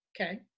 Okay